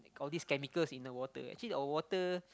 all these chemicals in the water actually our water